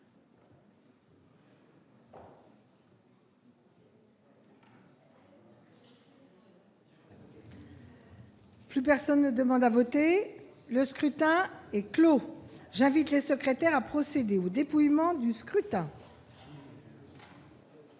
Plus personne ne demande à voter, le scrutin est clos Javid les secrétaire à procéder au dépouillement du scrutin.